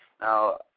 Now